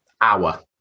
hour